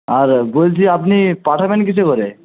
আর বলছি আপনি পাঠাবেন কিসে করে